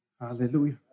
Hallelujah